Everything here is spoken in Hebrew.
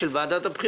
של ועדת הבחירות,